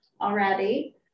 already